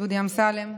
דודי אמסלם,